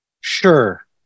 Sure